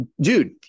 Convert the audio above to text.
dude